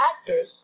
actors